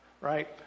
Right